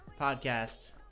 podcast